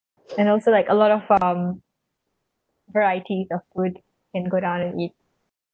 and also like a lot of um varieties of food can go down and eat